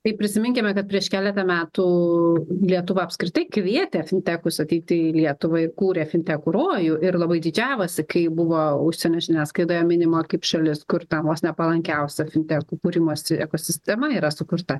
tai prisiminkime kad prieš keletą metų lietuva apskritai kvietė fintekus ateiti į lietuvą kūrė fintekų rojų ir labai didžiavosi kai buvo užsienio žiniasklaidoje minima kaip šalis kur ten vos ne palankiausia fintekų kūrimosi ekosistema yra sukurta